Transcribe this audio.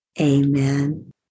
amen